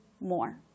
more